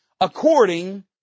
according